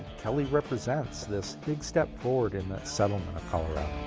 kelley represents this big step forward in the settlement of colorado.